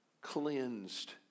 cleansed